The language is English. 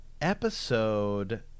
episode